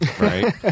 right